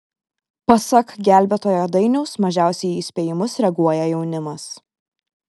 pasak gelbėtojo dainiaus mažiausiai į įspėjimus reaguoja jaunimas